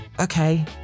okay